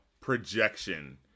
projection